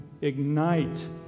ignite